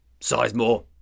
Sizemore